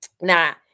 now